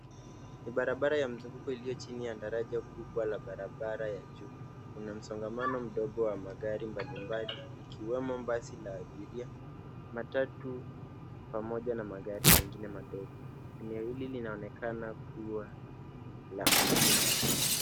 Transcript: Ni barabara ya mzunguko iliyo chini ya daraja kubwa la barabara ya juu. Kuna msongamano mdogo wa magari mbalimbali ikiwemo basi la abiria, matatu pamoja na magari mengine madogo. Eneo hili linaonekana kuwa la mjini.